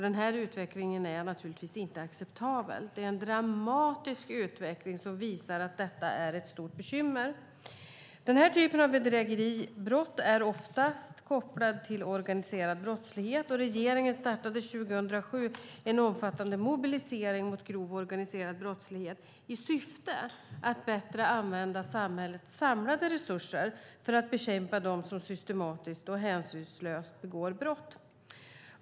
Den här utvecklingen är naturligtvis inte acceptabel. Det är en dramatisk utveckling som visar att detta är ett stort bekymmer. Den här typen av bedrägeribrott är oftast kopplad till organiserad brottslighet. Regeringen startade 2007 en omfattande mobilisering mot grov organiserad brottslighet i syfte att bättre använda samhällets samlade resurser för att bekämpa dem som systematiskt och hänsynslöst begår brott.